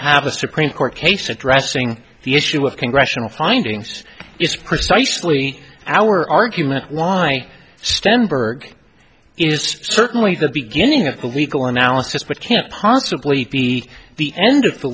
have a supreme court case addressing the issue of congressional findings it's precisely our argument why stenberg is certainly the beginning of a legal analysis but can't possibly be the end of the